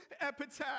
epitaph